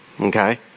Okay